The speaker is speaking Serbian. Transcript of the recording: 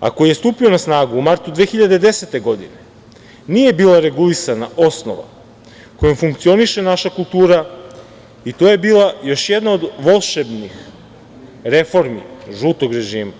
a koji je stupio na snagu u martu 2010. godine, nije bila regulisana osnova kojom funkcioniše naša kultura i to je bila još jedna od volšebnih reformi žutog režima.